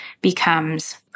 becomes